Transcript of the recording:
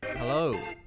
Hello